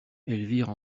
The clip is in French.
elvire